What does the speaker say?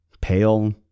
Pale